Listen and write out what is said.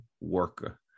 worker